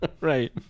right